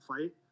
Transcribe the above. fight